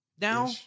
now